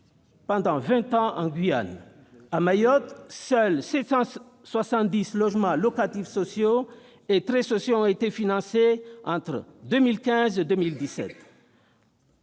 pendant vingt ans en Guyane. À Mayotte, seuls 570 logements locatifs sociaux et très sociaux ont été financés entre 2015 et 2017.